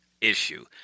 issue